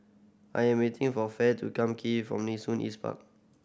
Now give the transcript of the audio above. I am waiting for Fae to come from Nee Soon East Park